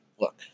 look